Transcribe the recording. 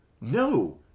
no